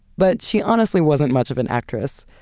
but she honestly wasn't much of an actress.